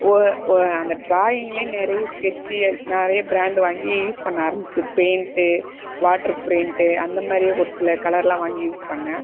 ஓ ஓ அந்த ட்ராயிங்லேயே நிறைய ஸ்கெட்ச் நிறைய பிராண்ட் வாங்கி யூஸ் பண்ண ஆரமிச்சேன் பெயிண்ட் வாட்டர் பெயிண்ட் அந்தமாதிரி ஒரு சில கலர்லாம் வாங்கி யூஸ் பண்ணேன்